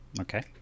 Okay